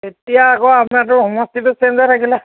এতিয়া আকৌ আপোনাৰতো সমষ্টিটো চেঞ্জ হৈ থাকিলে